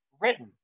written